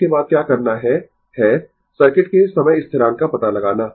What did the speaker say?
इसके बाद क्या करना है है सर्किट के समय स्थिरांक का पता लगाना